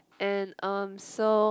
and um so